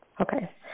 Okay